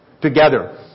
together